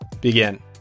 begin